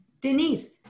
Denise